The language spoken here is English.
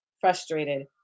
frustrated